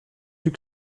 plus